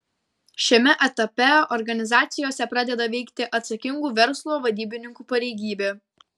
šiame etape organizacijose pradeda veikti atsakingų verslo vadybininkų pareigybė